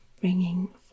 bringing